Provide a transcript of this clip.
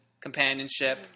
companionship